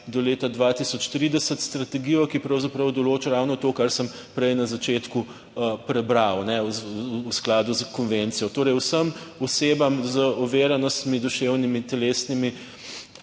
do leta 2030, strategijo, ki pravzaprav določa ravno to, kar sem prej na začetku prebral v skladu s konvencijo. Torej, vsem osebam z oviranostmi, duševnimi, telesnimi